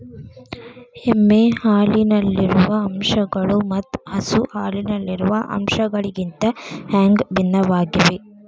ಎಮ್ಮೆ ಹಾಲಿನಲ್ಲಿರುವ ಅಂಶಗಳು ಮತ್ತ ಹಸು ಹಾಲಿನಲ್ಲಿರುವ ಅಂಶಗಳಿಗಿಂತ ಹ್ಯಾಂಗ ಭಿನ್ನವಾಗಿವೆ?